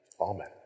Amen